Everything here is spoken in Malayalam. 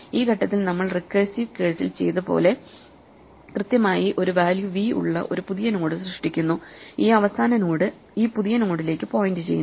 ഈ ഘട്ടത്തിൽ നമ്മൾ റിക്കേഴ്സീവ് കേസിൽ ചെയ്ത പോലെ കൃത്യമായി ഒരു വാല്യൂ വി ഉള്ള ഒരു പുതിയ നോഡ് സൃഷ്ടിക്കുന്നു ഈ അവസാന നോഡ് ഈ പുതിയ നോഡിലേക്കു പോയിന്റ് ചെയ്യുന്നു